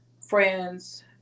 friends